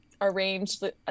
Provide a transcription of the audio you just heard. arranged